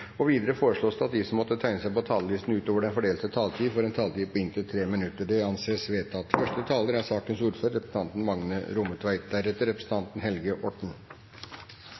regjeringen. Videre foreslås det at de som måtte tegne seg på talerlisten utover den fordelte taletid, får en taletid på inntil 3 minutter. – Det anses vedtatt. Dagen i dag er